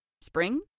Spring